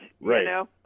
Right